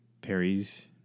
Perry's